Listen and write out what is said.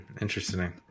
interesting